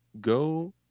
go